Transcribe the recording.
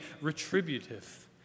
retributive